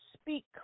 speak